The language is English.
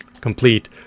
complete